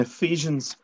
Ephesians